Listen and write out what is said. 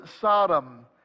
Sodom